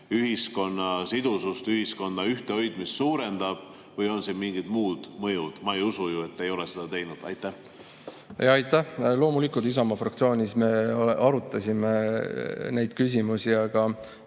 ühiskonna sidusust, ühiskonna ühtehoidmist suurendab või on siin mingid muud mõjud? Ma ei usu, et te ei ole seda [analüüsi] teinud. Aitäh! Loomulikult me Isamaa fraktsioonis arutasime neid küsimusi. Aga